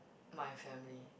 my family